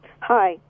Hi